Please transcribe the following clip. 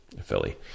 Philly